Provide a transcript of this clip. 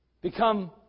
become